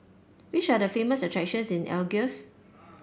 which are the famous attractions in Algiers